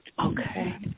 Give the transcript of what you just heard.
Okay